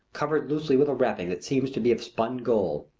covered loosely with a wrapping that seems to be of spun gold.